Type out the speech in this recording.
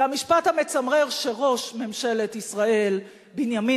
והמשפט המצמרר שראש ממשלת ישראל בנימין